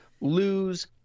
lose